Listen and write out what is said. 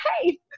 hey